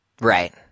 Right